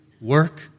Work